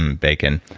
um bacon.